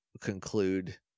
conclude